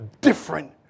different